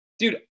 Dude